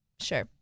sure